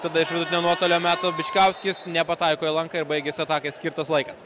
tada iš vidutinio nuotolio meta bičkauskis nepataiko į lanką ir baigiasi atakai skirtas laikas